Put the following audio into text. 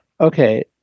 Okay